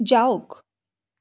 যাওক